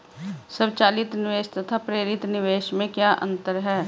स्वचालित निवेश तथा प्रेरित निवेश में क्या अंतर है?